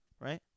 right